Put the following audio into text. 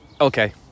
Okay